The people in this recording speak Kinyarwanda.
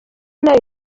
nayo